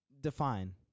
define